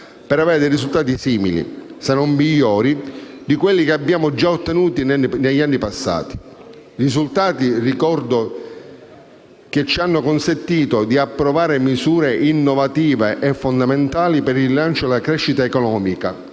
per avere dei risultati simili, se non migliori, di quelli che abbiamo già ottenuto negli anni passati. Sono risultati - lo ricordo - che ci hanno consentito di approvare misure innovative e fondamentali per il rilancio e la crescita economica,